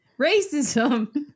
racism